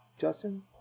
Justin